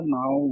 now